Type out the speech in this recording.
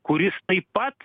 kuris taip pat